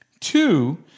Two